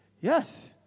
Yes